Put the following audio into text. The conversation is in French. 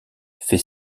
fait